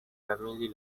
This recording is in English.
family